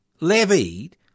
levied